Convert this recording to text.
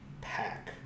pack